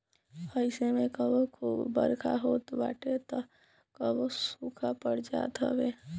अइसे में कबो खूब बरखा होत बाटे तअ कबो सुखा पड़ जात हवे